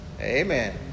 Amen